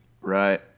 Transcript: Right